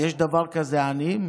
יש דבר כזה עניים?